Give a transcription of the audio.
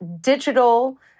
digital